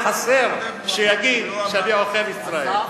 אמרתי: לא היה חסר שיגיד שאני עוכר ישראל.